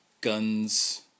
Guns